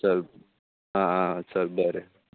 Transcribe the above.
चल आं आं चल बरें